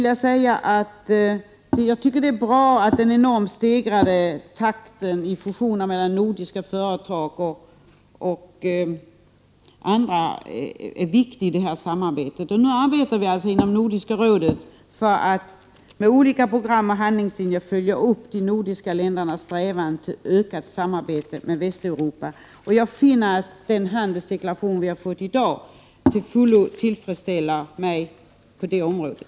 Jag tycker att den enormt stegrade takten när det gäller fusioner mellan nordiska företag är viktig i det här samarbetet. Nu arbetar vi alltså inom Nordiska rådet för att med olika program och handlingslinjer följa upp de nordiska ländernas strävanden till ökat samarbete med Västeuropa. Jag finner att den handelsdeklaration som vi har fått i dag till fullo tillfredsställer mig på det området.